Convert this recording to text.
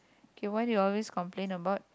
okay what do you always complain about